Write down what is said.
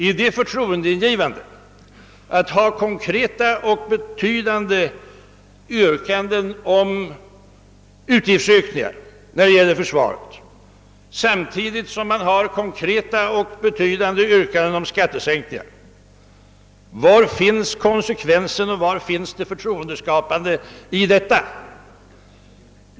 Är det förtroendeingivande att framställa konkreta och betydande yrkanden om utgiftsökningar när det gäller försvaret samtidigt som man har konkreta och betydande yrkanden om skattesänkningar? Var finns konsekvensen och var finns det förtroendeskapande i detta?